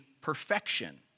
perfection